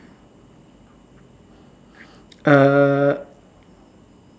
uh